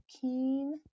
keen